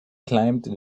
climbed